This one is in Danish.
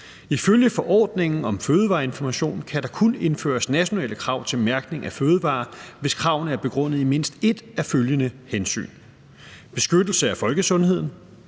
Ifølge forordningen om fødevareinformation kan der kun indføres nationale krav til mærkning af fødevarer, hvis kravene er begrundet i mindst et af følgende hensyn: Beskyttelse af folkesundheden,